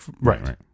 right